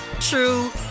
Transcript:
true